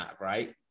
right